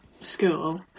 school